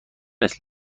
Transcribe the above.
است